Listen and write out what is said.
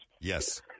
Yes